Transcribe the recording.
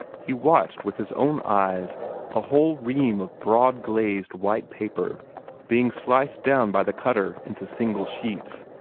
he watched with his own eyes a whole ream of broad glazed white paper being sliced down by the cutter into single sheets,